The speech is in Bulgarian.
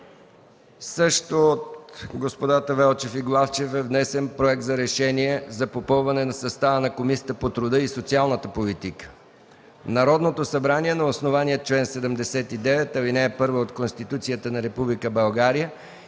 Също от господата Велчев и Главчев е внесен: „Проект РЕШЕНИЕ за попълване на състава на Комисията по труда и социалната политика: „Народното събрание на основание чл. 79, ал. 1 от Конституцията на Република България